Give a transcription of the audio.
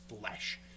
flesh